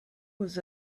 was